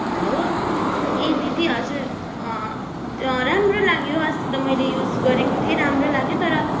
hello ए दिदी हजुर राम्रो लाग्यो अस्ति त मैले युज गरेको थिएँ राम्रो लाग्यो तर